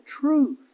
truth